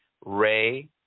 ray